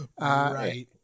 right